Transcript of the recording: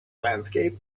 landscape